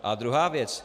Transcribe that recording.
A druhá věc.